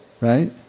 right